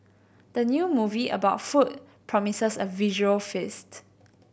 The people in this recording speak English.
the new movie about food promises a visual feast